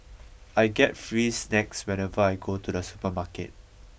I get free snacks whenever I go to the supermarket